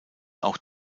auch